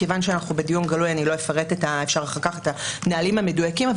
מכיוון שאנחנו בדיון גלוי אני לא אפרט את הנהלים המדויקים,